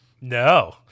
No